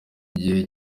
gihe